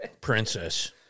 Princess